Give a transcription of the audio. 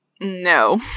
No